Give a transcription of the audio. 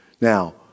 Now